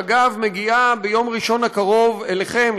שאגב מגיעה ביום ראשון הקרוב אליכם,